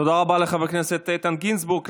תודה רבה לחבר הכנסת איתן גינזבורג.